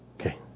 Okay